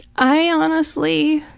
i honestly,